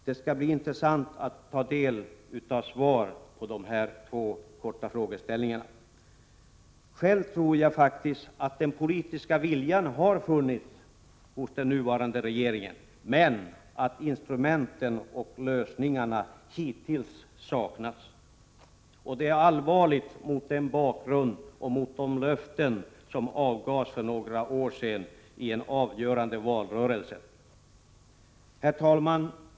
Det skall bli intressant att ta del av svaren på dessa två kortfattade frågor. Själv tror jag faktiskt att den politiska viljan har funnits hos den nuvarande regeringen. Det är bara det att instrumenten och lösningarna hittills har saknats. Detta är allvarligt — mot nämnda bakgrund och mot bakgrund av de löften som avgavs för några år sedan i en avgörande valrörelse. Herr talman!